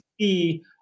see